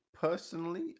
personally